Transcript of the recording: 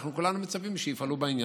ואנחנו כולנו מצפים שיפעלו בעניין.